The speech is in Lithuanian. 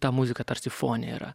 ta muzika tarsi fone yra